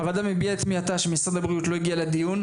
הוועדה מביעה את תמיהתה שמשרד הבריאות לא הגיע לדיון,